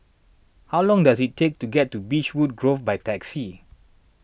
how long does it take to get to Beechwood Grove by taxi